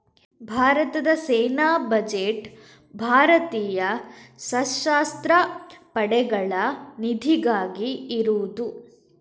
ಭಾರತದ ಸೇನಾ ಬಜೆಟ್ ಭಾರತೀಯ ಸಶಸ್ತ್ರ ಪಡೆಗಳ ನಿಧಿಗಾಗಿ ಇರುದು